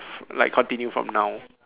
like continue from now